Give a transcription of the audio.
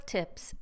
Tips